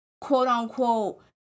quote-unquote